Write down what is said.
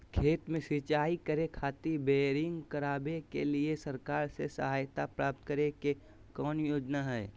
खेत में सिंचाई करे खातिर बोरिंग करावे के लिए सरकार से सहायता प्राप्त करें के कौन योजना हय?